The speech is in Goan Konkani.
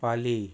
पाली